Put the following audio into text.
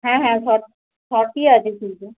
হ্যাঁ হ্যাঁ ফট ফোর্টি আছে চুলটা